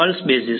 pulse basis